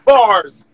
Bars